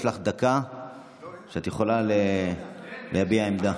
יש לך דקה שבה את יכולה להביע עמדה.